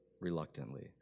reluctantly